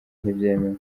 ntibyemewe